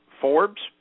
Forbes